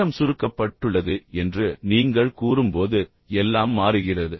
நேரம் சுருக்கப்பட்டுள்ளது என்று நீங்கள் கூறும்போது எல்லாம் மாறுகிறது